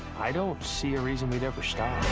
i don't see a reason we'd ever stop.